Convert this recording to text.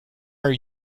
are